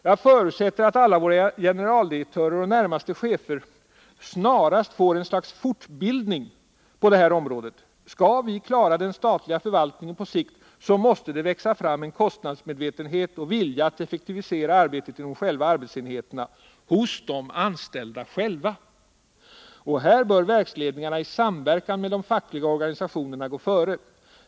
Jag förutsätter att alla våra generaldirektörer och närmaste chefer snarast får ett slags fortbildning på det här området. Skall vi klara den statliga förvaltningen på sikt måste det växa fram en kostnadsmedvetenhet och vilja att effektivisera arbetet inom själva arbetsenheten — hos de anställda själva. Och här bör verksledningarna i samverkan med de fackliga organisationerna gå före.